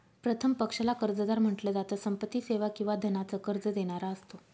प्रथम पक्षाला कर्जदार म्हंटल जात, संपत्ती, सेवा किंवा धनाच कर्ज देणारा असतो